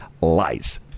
lies